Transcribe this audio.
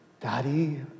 Daddy